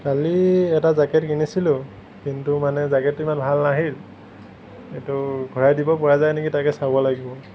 কালি এটা জেকেট কিনিছিলোঁ কিন্তু মানে জেকেটতো ইমান ভাল নাহিল এইটো ঘূৰাই দিব পৰা যায় নেকি তাকে চাব লাগিব